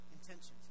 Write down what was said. intentions